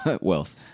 wealth